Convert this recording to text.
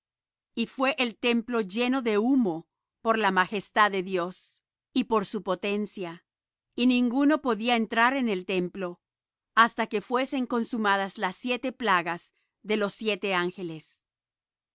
y fué el templo lleno de humo por la majestad de dios y por su potencia y ninguno podía entrar en el templo hasta que fuesen consumadas las siete plagas de los siete ángeles y